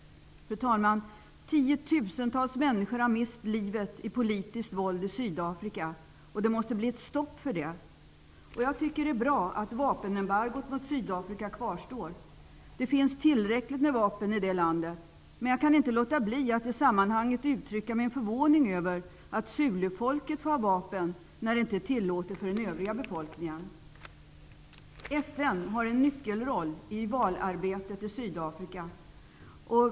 Fru talman! Tiotusentals människor har mist livet i politiskt våld i Sydafrika. Det måste bli ett stopp för det. Jag tycker att det är bra att vampenembargot mot Sydafrika kvarstår. Det finns tillräckligt med vapen i det landet. Man jag kan inte låta bli att i sammanhanget uttrycka min förvåning över att Zulufolket får ha vapen när det inte är tillåtet för den övriga befolkningen. FN har en nyckelroll i valarbetet i Sydafrika.